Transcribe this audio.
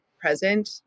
present